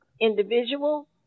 individual